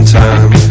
time